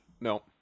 no